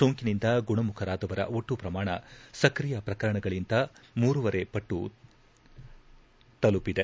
ಸೋಂಕಿನಿಂದ ಗುಣಮುಖರಾದವರ ಒಟ್ಟು ಪ್ರಮಾಣ ಸ್ಕ್ರಿಯ ಪ್ರಕರಣಗಳಗಿಂತ ಮೂರೂವರೆ ಪಟ್ಟು ತಲುಪಿದೆ